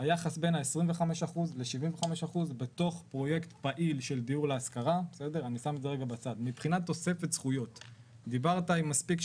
והגענו שם לפרויקט שהוא יותר גדול מעזריאלי מבחינת זכויות בניה,